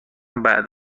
بعد